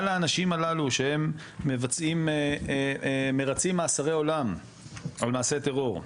על האנשים הללו שהם מבצעים מרצים מאסרי עולם על מעשי טרור,